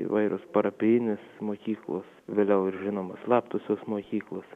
įvairūs parapijinės mokyklos vėliau ir žinoma slaptosios mokyklos